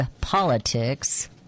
Politics